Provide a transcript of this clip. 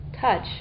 touch